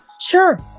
sure